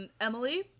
Emily